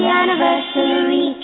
anniversary